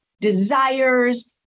desires